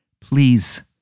please